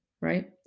right